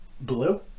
Blue